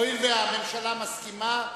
הואיל והממשלה מסכימה,